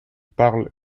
parlent